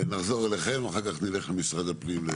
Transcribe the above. נחזור אליכם, אחר כך נלך למשרד הפנים.